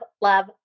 love